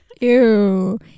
Ew